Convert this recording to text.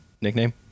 nickname